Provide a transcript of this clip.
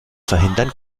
verhindern